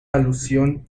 alusión